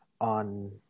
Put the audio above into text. on